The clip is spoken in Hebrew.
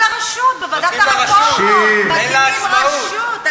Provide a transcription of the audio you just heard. נותנים לה רָשות, בוועדת הרפורמות מקימים רשות.